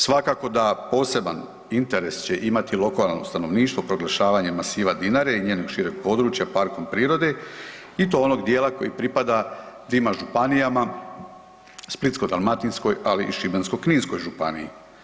Svakako da poseban interes će imati lokalno stanovništvo proglašavanje masiva Dinare i njenog šireg područja parkom prirode i to onog dijela koji pripada dvima županijama, Splitsko-dalmatinskoj, ali i Šibensko-kninskoj županiji.